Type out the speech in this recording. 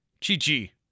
Chichi